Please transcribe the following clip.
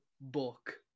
book